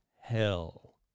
hell